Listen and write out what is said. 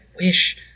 wish